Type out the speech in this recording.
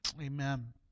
Amen